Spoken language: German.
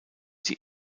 die